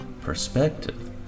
perspective